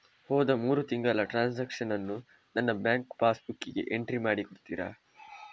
ಹೋದ ಮೂರು ತಿಂಗಳ ಟ್ರಾನ್ಸಾಕ್ಷನನ್ನು ನನ್ನ ಬ್ಯಾಂಕ್ ಪಾಸ್ ಬುಕ್ಕಿಗೆ ಎಂಟ್ರಿ ಮಾಡಿ ಕೊಡುತ್ತೀರಾ?